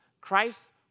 Christ